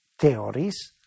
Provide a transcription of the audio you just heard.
theories